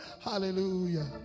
Hallelujah